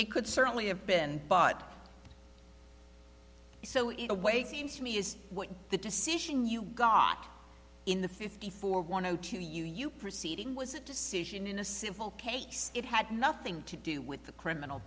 it could certainly have been but so it away seems to me is what the decision you got in the fifty four to your proceeding was a decision in a civil case it had nothing to do with the criminal